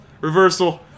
reversal